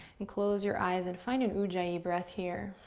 and close your eyes and find an ujjayi breath here.